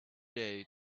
day